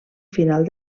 final